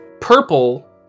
purple